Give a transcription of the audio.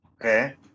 Okay